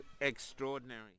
extraordinary